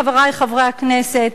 חברי חברי הכנסת,